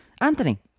Anthony